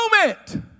moment